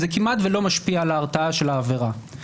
זה כמעט ולא משפיע על ההתרעה של העבירה.